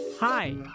Hi